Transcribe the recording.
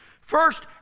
First